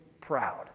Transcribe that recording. proud